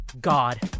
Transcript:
God